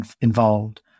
involved